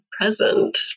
present